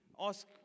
Ask